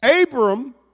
Abram